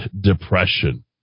Depression